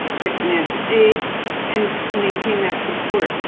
get financial aid and maintain that support.